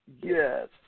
Yes